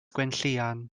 gwenllian